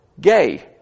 gay